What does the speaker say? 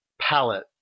palette